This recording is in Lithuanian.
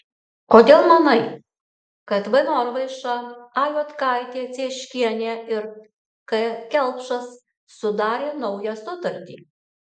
kodėl manai kad v norvaiša a juodkaitė cieškienė ir k kelpšas sudarė naują sutartį